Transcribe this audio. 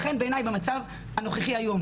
לכן, בעיניי, במצב הנוכחי היום